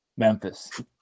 Memphis